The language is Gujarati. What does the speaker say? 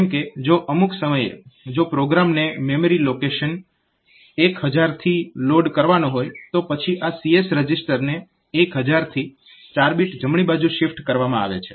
જેમ કે જો અમુક સમયે જો પ્રોગ્રામને મેમરી લોકેશન 1000 થી લોડ કરવાનો હોય તો પછી આ CS રજીસ્ટરને 1000 થી 4 બીટ જમણી બાજુ શિફ્ટ કરવામાં આવે છે